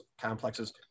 complexes